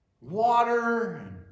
water